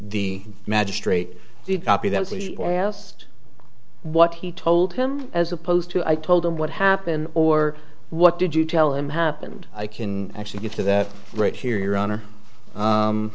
the magistrate the copy that i asked what he told him as opposed to i told him what happened or what did you tell him happened i can actually get to that right here your honor